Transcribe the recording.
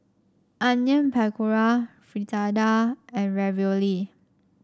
Onion Pakora Fritada and Ravioli